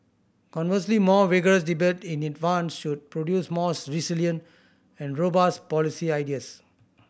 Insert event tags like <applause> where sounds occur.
conversely more vigorous debate in advance should produce more <unintelligible> resilient and robust policy ideas